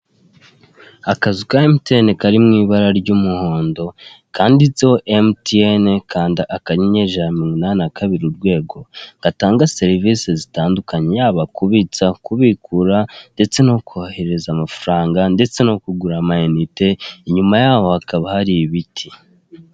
Akazu ka emutiyeni kari mu ibara ry'umuhondo kanditseho emutiyeni kanda akanyenyeri ijana na mirongo inani na kabiri urwego gatanga serivise zitandukanye, yaba kubitsa kubikura ndetse no kohereza amafaranga ndetse no kugura amayinite, inyuma yaho hakaba hari ibiti.